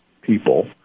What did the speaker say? people